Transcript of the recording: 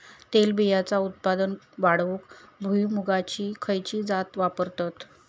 तेलबियांचा उत्पन्न वाढवूक भुईमूगाची खयची जात वापरतत?